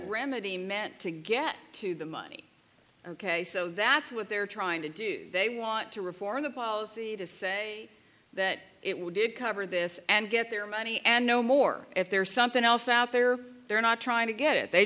remedy meant to get to the money ok so that's what they're trying to do they want to reform the policy to say that it would cover this and get their money and no more if there's something else out there they're not trying to get it they